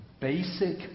basic